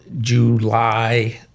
July